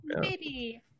baby